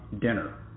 dinner